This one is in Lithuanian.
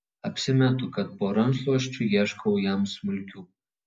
apsimetu kad po rankšluosčiu ieškau jam smulkių